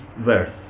verse